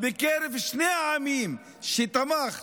בקרב שני העמים שתמך.